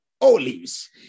Olives